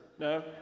No